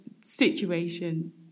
situation